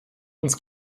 uns